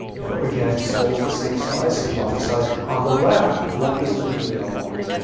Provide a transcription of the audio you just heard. you know again, skull's the same size, same body size. on the left, what does the female want?